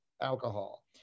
alcohol